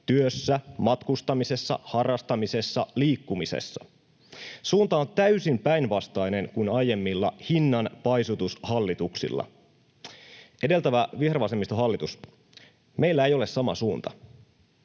työssä, matkustamisessa, harrastamisessa, liikkumisessa. Suunta on täysin päinvastainen kuin aiemmilla hinnanpaisutushallituksilla. Edeltävä vihervasemmistohallitus, meillä ei ole sama suunta.